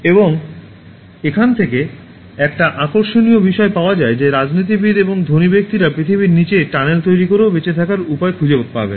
এবং এখান থেকে একটা আকর্ষণীয় বিষয় পাওয়া যায় যে রাজনীতিবিদ এবং ধনী ব্যক্তিরা পৃথিবীর নীচে টানেল তৈরি করেও বেঁচে থাকার উপায় খুঁজে পাবেন